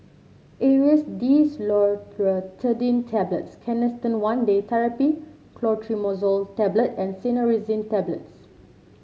Aerius DesloratadineTablets Canesten One Day Therapy Clotrimazole Tablet and Cinnarizine Tablets